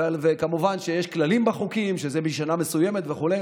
וכמובן שיש כללים וחוקים שזה משנה מסוימת וכו'.